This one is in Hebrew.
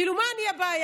כאילו מה, אני הבעיה?